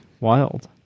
Wild